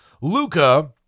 Luca